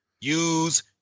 use